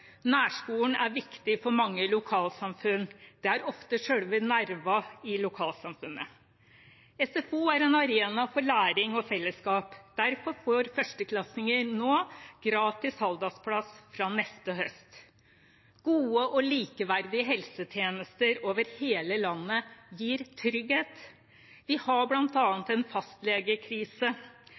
Nærskolen er viktig for mange lokalsamfunn. Det er ofte selve nerven i lokalsamfunnet. SFO er en arena for læring og fellesskap, derfor får førsteklassinger nå gratis halvdagsplass fra neste høst. Gode og likeverdige helsetjenester over hele landet gir trygghet. Vi har bl.a. en